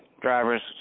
drivers